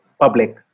public